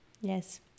yes